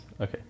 Okay